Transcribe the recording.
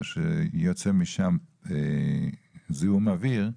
מה שיוצא משם זיהום אוויר,